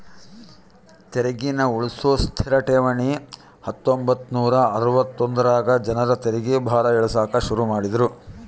ತೆರಿಗೇನ ಉಳ್ಸೋ ಸ್ಥಿತ ಠೇವಣಿ ಹತ್ತೊಂಬತ್ ನೂರಾ ಅರವತ್ತೊಂದರಾಗ ಜನರ ತೆರಿಗೆ ಭಾರ ಇಳಿಸಾಕ ಶುರು ಮಾಡಿದ್ರು